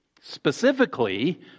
Specifically